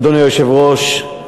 אדוני היושב-ראש,